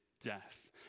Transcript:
death